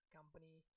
company